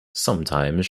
sometimes